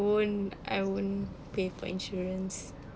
won't I won't pay for insurance